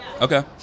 Okay